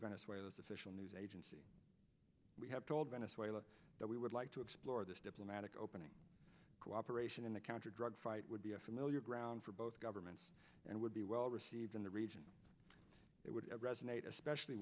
venezuela's official news agency we have told venezuela that we would like to explore this diplomatic opening cooperation in the counter drug fight would be a familiar ground for both governments and would be well received in the region it would resonate especially